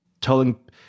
telling